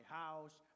house